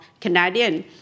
Canadian